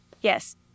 Yes